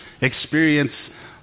experience